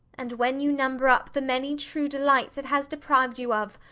and when you number up the many true delights it has deprived you of,